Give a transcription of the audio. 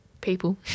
people